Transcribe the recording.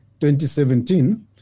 2017